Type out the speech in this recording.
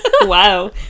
Wow